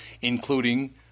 including